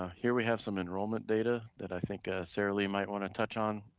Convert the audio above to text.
ah here we have some enrollment data that i think saralee might wanna touch on